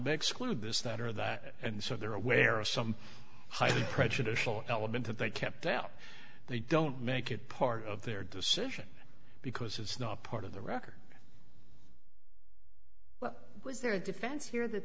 excluded this that or that and so they're aware of some highly prejudicial element that they kept out they don't make it part of their decision because it's not part of the record was there a defense here